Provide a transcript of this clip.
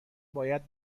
باید